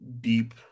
deep